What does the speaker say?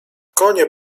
konie